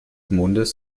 mondes